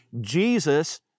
Jesus